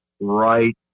right